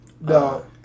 No